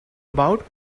about